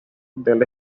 del